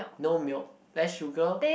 no milk less sugar